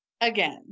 again